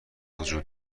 وجود